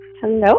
Hello